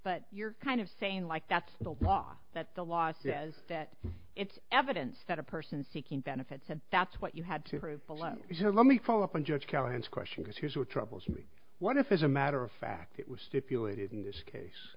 but you're kind of saying like that's the law that the law says that it's evidence that a person seeking benefits said that's what you had to let me follow up and judge callahan's question because here's what troubles me what if as a matter of fact it was stipulated in this case